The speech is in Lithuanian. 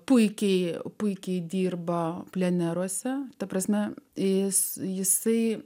puikiai puikiai dirba pleneruose ta prasme jis jisai